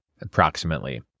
approximately